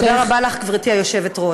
תודה רבה לך, גברתי היושבת-ראש.